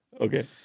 Okay